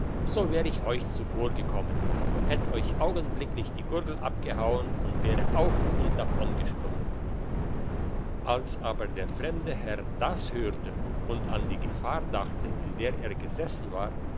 so wär ich euch zuvorgekommen hätt euch augenblicklich die gurgel abgehauen und wäre auf und davongesprungen als aber der fremde herr das hörte und an die gefahr dachte in der er gesessen war